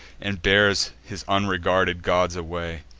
and bears his unregarded gods away.